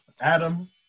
Adam